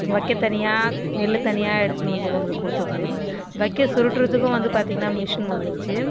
வக்கல் தனியாக நெல்லு தனியாக எடுத்துனு வந்து நம்மளுக்கு கொடுத்துடுது வக்கல் சுருட்டுறதுக்கும் வந்து பார்த்தீங்கனா மிஷின் வந்துருச்சு